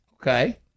Okay